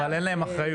אבל אין להם אחריות.